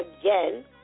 again